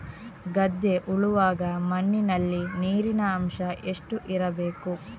ಗದ್ದೆ ಉಳುವಾಗ ಮಣ್ಣಿನಲ್ಲಿ ನೀರಿನ ಅಂಶ ಎಷ್ಟು ಇರಬೇಕು?